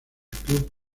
club